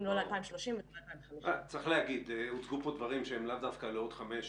צריך להגיד שהוצגו פה דברים שהם לאו דווקא לעוד חמש,